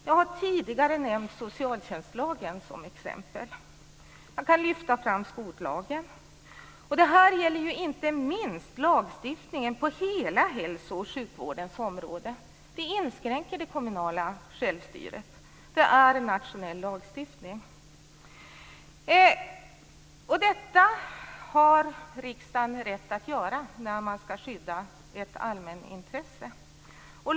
Jag har tidigare nämnt socialtjänstlagen som exempel. Jag kan också lyfta fram skollagen. Och det här gäller inte minst lagstiftningen på hela hälso och sjukvårdens område; den inskränker det kommunala självstyret. Det är en nationell lagstiftning. Detta har riksdagen rätt att göra när man ska skydda ett allmänintresse.